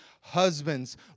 Husbands